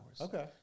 Okay